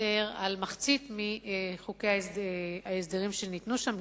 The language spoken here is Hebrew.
לוותר על מחצית מחוקי ההסדרים שניתנו שם,